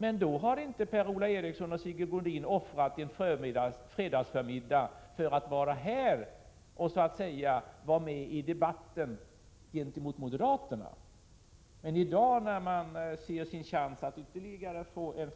Men då har inte Per-Ola Eriksson och Sigge Godin offrat en fredagsförmiddag för att vara här och så att säga vara med i debatten gentemot moderaterna. Men i dag, när man ser sin chans att få en ytterligare